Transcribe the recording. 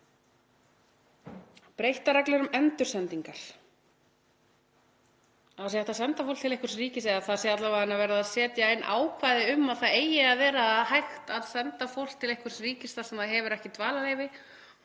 Breyttar reglur um endursendingar, að það sé hægt að senda fólk til einhvers ríkis, eða að það sé alla vega verið að setja inn ákvæði um að það eigi að vera hægt að senda fólk til einhvers ríkis þar sem það hefur ekki dvalarleyfi